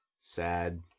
sad